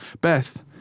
Beth